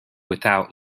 without